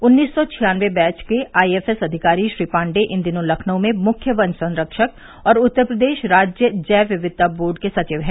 उन्नीस सौ छियानवे बैच के आई एफ एस अधिकारी श्री पाण्डे इन दिनों लखनऊ में मुख्य वन संरक्षक और उत्तर प्रदेश राज्य जैव विविधता बोर्ड के सचिव हैं